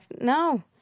No